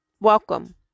Welcome